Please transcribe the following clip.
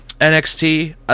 NXT